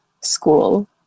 school